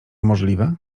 możliwe